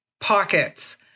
pockets